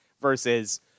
versus